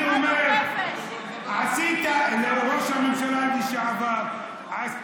אני אומר לראש הממשלה לשעבר: עשית,